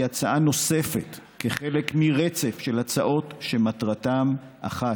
היא הצעה נוספת כחלק מרצף של הצעות שמטרתן אחת: